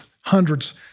hundreds